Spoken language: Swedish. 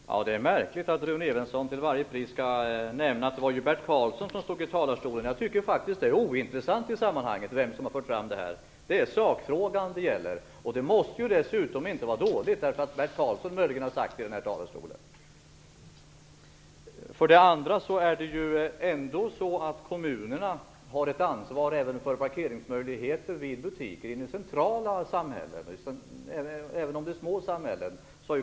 Fru talman! Det är märkligt att Rune Evensson till varje pris skall nämna att det var Bert Karlsson som talade om den här frågan. Jag tycker faktiskt att det är ointressant i sammanhanget. Det är sakfrågan det gäller. Förslaget måste ju dessutom inte vara dåligt bara därför att Bert Karlsson möjligen har framfört det från den här talarstolen. Kommunerna har ju ett ansvar även för att det finns tillgång till parkeringsplatser vid butiker som ligger centralt i samhället, även för små samhällen.